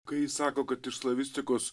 kai ji sako kad iš slavistikos